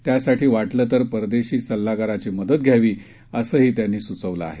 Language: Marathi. त्यासाठी वाटलं तर परदेशी सल्लागाराची मदत घ्यावी असंही त्यांनी स्चवलं आहे